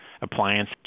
appliance